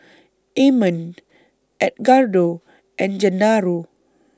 Amon Edgardo and Gennaro